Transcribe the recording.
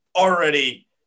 already